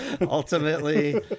ultimately